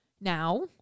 Now